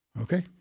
okay